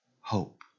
hope